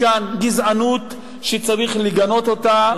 יש כאן גזענות שצריך לגנות אותה,